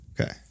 Okay